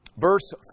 Verse